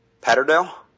Patterdale